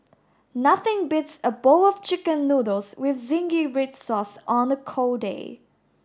nothing beats a bowl of chicken noodles with zingy red sauce on a cold day